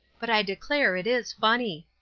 but i declare it is funny.